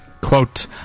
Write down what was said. quote